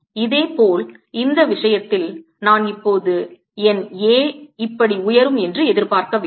இதேபோல் இந்த விஷயத்தில் நான் இப்போது என் A இப்படி உயரும் என்று எதிர்பார்க்க வேண்டும்